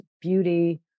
beauty